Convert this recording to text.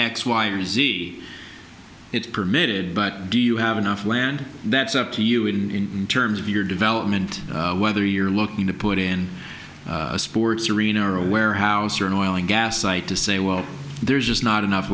or z it's permitted but do you have enough land that's up to you in terms of your development whether you're looking to put in a sports arena or a warehouse or an oil and gas site to say well there's just not enough